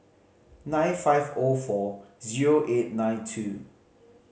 nine five O four zero eight nine two